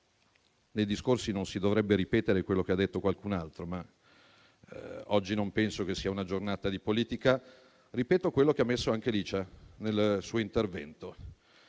Nei discorsi non si dovrebbe ripetere quello che ha detto qualcun altro, ma oggi non penso che sia una giornata di politica e vorrei ripetere quello che ha detto la senatrice Ronzulli nel suo intervento.